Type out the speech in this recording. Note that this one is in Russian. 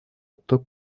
отток